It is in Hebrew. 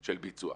של ביצוע.